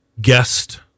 guest